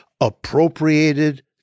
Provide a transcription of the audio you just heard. appropriated